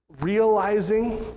Realizing